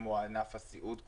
כמו ענף הסיעוד,